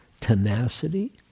tenacity